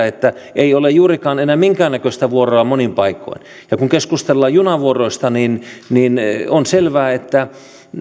että ei ole juurikaan enää minkäännäköistä vuoroa monin paikoin on syytä olla huolestunut ja kun keskustellaan junavuoroista niin niin on selvää että